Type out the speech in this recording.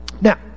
now